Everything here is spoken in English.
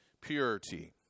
purity